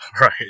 Right